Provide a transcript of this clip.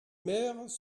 maires